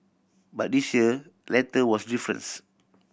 but this year letter was difference